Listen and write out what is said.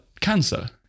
cancer